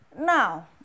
Now